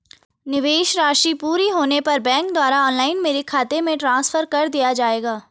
निवेश राशि पूरी होने पर बैंक द्वारा ऑनलाइन मेरे खाते में ट्रांसफर कर दिया जाएगा?